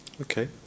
Okay